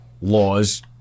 laws